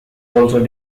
also